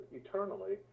eternally